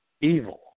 evil